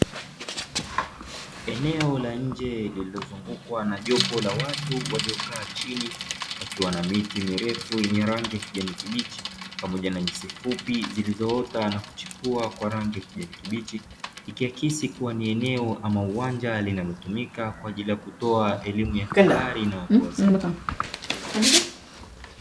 Eneo la nje lililozungukwa na jopo la watu waliokaa chini pakiwa na miti mirefu yenye rangi ya kijani kibichi pamoja na nyasi fupi zilizoota na kuchipua kwa rangi ya kijani kibichi ikiakisi kuwa ni eneo ama uwanja linalotumika kwa ajili ya kutoa elimu na habari ya watu wazima.